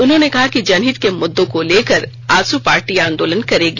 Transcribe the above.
उन्होंने कहा कि जनहित के मुद्दों को लेकर आजस पार्टी से आंदोलन करेगी